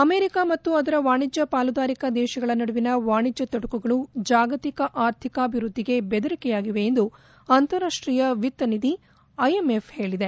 America ಮತ್ತು ಅದರ ವಾಣಿಜ್ಞ ಪಾಲುದಾರಿಕಾ ದೇಶಗಳ ನಡುವಿನ ವಾಣಿಜ್ಞ ತೊಡಕುಗಳು ಜಾಗತಿಕ ಆರ್ಥಿಕಾಭಿವೃದ್ಧಿಗೆ ದೆದರಿಕೆಯಾಗಿವೆ ಎಂದು ಅಂತಾರಾಷ್ಟೀಯ ವಿತ್ತ ನಿಧಿ ಐಎಂಎಫ್ ಹೇಳಿದೆ